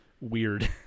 weird